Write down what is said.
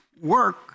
work